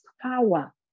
power